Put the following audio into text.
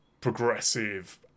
progressive